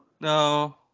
No